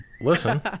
listen